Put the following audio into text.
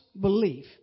belief